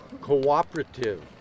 cooperative